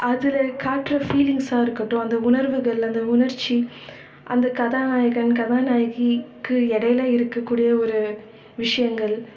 அதில் காட்டுற ஃபீலிங்ஸாக இருக்கட்டும் அந்த உணர்வுகள் அந்த உணர்ச்சி அந்த கதாநாயகன் கதாநாயகிக்கு இடையில இருக்கக்கூடிய ஒரு விஷயங்கள்